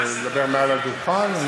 לדבר מעל הדוכן?